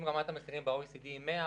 אם רמת המחירים ב-OECD היא 100,